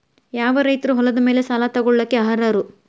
ಯಾವ ರೈತರು ಹೊಲದ ಮೇಲೆ ಸಾಲ ತಗೊಳ್ಳೋಕೆ ಅರ್ಹರು?